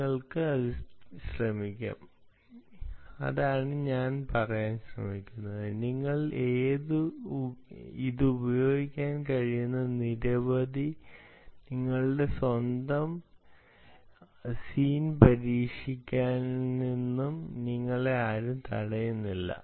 നിങ്ങൾക്ക് ശ്രമിക്കാം അതാണ് ഞാൻ പറയാൻ ശ്രമിക്കുന്നത് നിങ്ങളുടെ സ്വന്തം രംഗം പരീക്ഷിക്കുന്നതിൽ നിന്ന് ആരും നിങ്ങളെ തടയുന്നില്ല